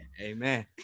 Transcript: Amen